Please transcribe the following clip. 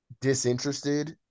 disinterested